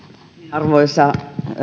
arvoisa